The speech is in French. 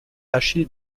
achille